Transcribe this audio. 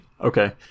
okay